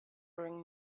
bring